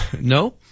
No